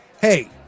hey